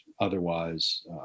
otherwise